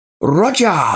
Roger